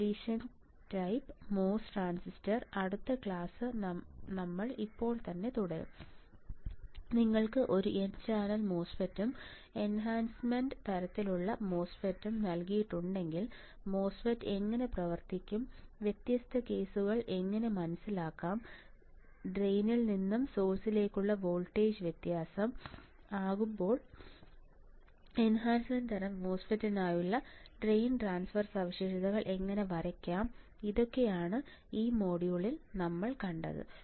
depletion type MOS transistor അടുത്ത class നമ്മൾ ഇപ്പോൾ തന്നെ തുടരും നിങ്ങൾക്ക് ഒരു N ചാനൽ മോസ്ഫെറ്റും എൻഹാൻസ്മെൻറ് തരത്തിലുള്ള മോസ്ഫെറ്റും നൽകിയിട്ടുണ്ടെങ്കിൽ മോസ്ഫെറ്റ് എങ്ങനെ പ്രവർത്തിക്കും വ്യത്യസ്ത കേസുകൾ എങ്ങനെ മനസിലാക്കാം ഡ്രെയിനിൽ നിന്ന് സോഴ്സിലേക്കുള്ള വോൾട്ടേജ് വ്യത്യസ്തം ആകുമ്പോൾ എൻഹാൻസ്മെൻറ് തരം മോസ്ഫെറ്റിനായുള്ള ഡ്രെയിൻ ട്രാൻസ്ഫർ സവിശേഷതകൾ എങ്ങനെ വരയ്ക്കാം ഇതൊക്കെയാണ് ഈ മോഡ്യൂളിൽ നമ്മൾ കണ്ടത്